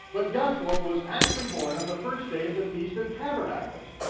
but yahshua was actually born on the first day of the feast of tabernacles,